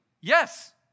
yes